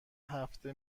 هفته